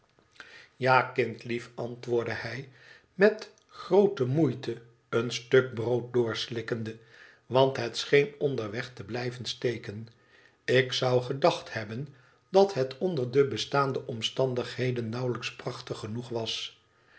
ja kind lief antwoordde hij met groote moeite een stukje brood doorslikkende want het scheen onderweg te blijven steken tik zou gedacht hebben dat het onder de bestaande omstandigheden nauwelijks prachtig genoeg was